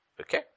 okay